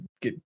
Get